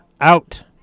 Out